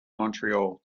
montreal